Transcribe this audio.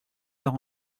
leur